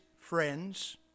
friends